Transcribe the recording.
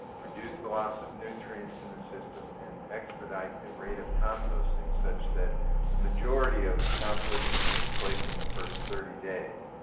reduce the loss of nutrients in the system and expedite the rate of composting such that the majority of composting takes place in the first thirty days.